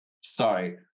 Sorry